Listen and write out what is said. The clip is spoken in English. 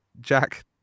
Jack